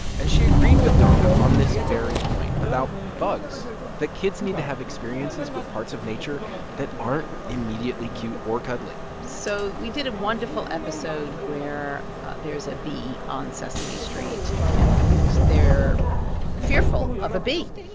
and she agreed with dawn on this very point about bugs that kids need to have experiences with parts of nature that aren't immediately cute or cuddly so we did a wonderful episode where there's a bee on sesame street, and they're fearful of a bee